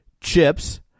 Chips